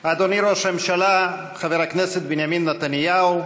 אדוני ראש הממשלה חבר הכנסת בנימין נתניהו,